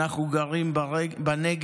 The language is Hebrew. אנחנו גרים בנגב,